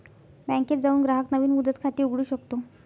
बँकेत जाऊन ग्राहक नवीन मुदत खाते उघडू शकतो